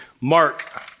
Mark